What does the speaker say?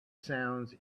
sounds